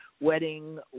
wedding